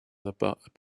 apparaissent